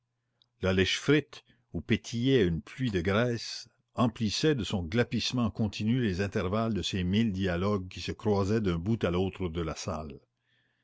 la lèchefrite où pétillait une pluie de graisse emplissait de son glapissement continu les intervalles de ces mille dialogues qui se croisaient d'un bout à l'autre de la salle